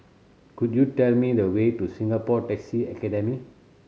could you tell me the way to Singapore Taxi Academy